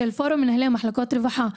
של פורום מנהלי מחלקות רווחה,